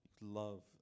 Love